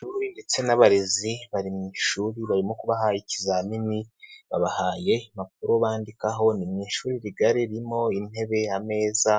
Abanyeshuri ndetse n'abarezi bari mu ishuri, barimo kubaha ikizamini, babahaye impapuro bandikaho, ni mu ishuri rigari ririmo intebe, ameza